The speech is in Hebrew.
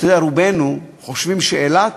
אתה יודע, רובנו חושבים שאילת